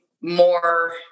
more